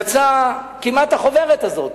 יצאה כמעט החוברת הזאת,